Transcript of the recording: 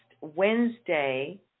Wednesday